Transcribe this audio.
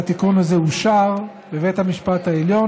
והתיקון הזה אושר בבית המשפט העליון